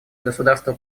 государство